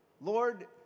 Lord